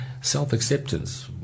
self-acceptance